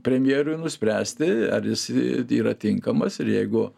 premjerui nuspręsti ar jis yra tinkamas ir jeigu